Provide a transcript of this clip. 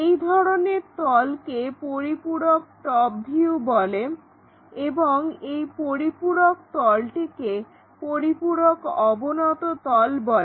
এই ধরনের তলকে পরিপূরক টপ ভিউ বলে এবং এই পরিপূরক তলটিকে পরিপূরক অবনত তল বলে